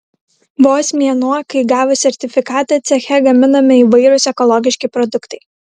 vos mėnuo kai gavus sertifikatą ceche gaminami įvairūs ekologiški produktai